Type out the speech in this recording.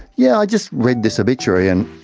yeah, i just read this obituary and